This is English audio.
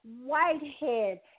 Whitehead